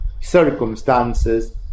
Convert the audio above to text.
circumstances